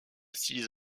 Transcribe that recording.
six